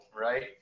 right